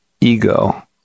ego